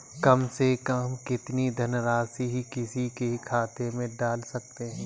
कम से कम कितनी धनराशि किसी के खाते में डाल सकते हैं?